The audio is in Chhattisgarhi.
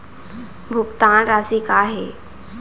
भुगतान राशि का हे?